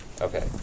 Okay